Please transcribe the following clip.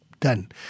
Done